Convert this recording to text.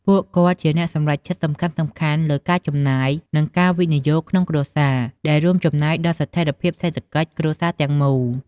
ពួកគាត់ជាអ្នកសម្រេចចិត្តសំខាន់ៗលើការចំណាយ និងការវិនិយោគក្នុងគ្រួសារ ដែលរួមចំណែកដល់ស្ថិរភាពសេដ្ឋកិច្ចគ្រួសារទាំងមូល។